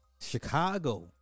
Chicago